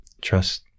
Trust